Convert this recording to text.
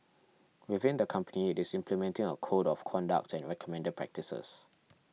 within the company it is implementing a code of conduct and recommended practices